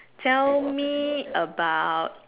tell me about